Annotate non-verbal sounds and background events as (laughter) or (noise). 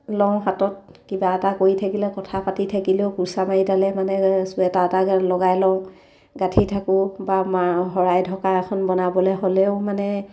লওঁ হাতত কিবা এটা কৰি থাকিলে কথা পাতি থাকিলেও কুৰ্চা মাৰিডালে মানে চুৱেটাৰ এটা লগাই লওঁ গাঁঠি থাকোঁ বা (unintelligible) শৰাই ঢকা এখন বনাবলৈ হ'লেও মানে